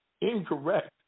incorrect